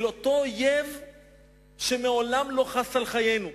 אל אותו אויב שמעולם לא חס על חיינו.